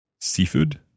Seafood